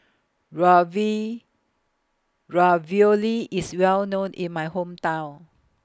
Ravioli IS Well known in My Hometown